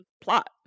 plot